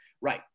right